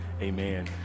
Amen